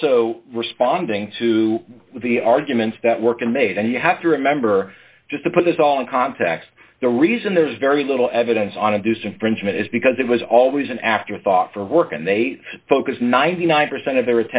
also responding to the arguments that work in may and you have to remember just to put this all in context the reason there's very little evidence on a deuce infringement is because it was always an afterthought for work and they focus ninety nine percent of their